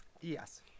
yes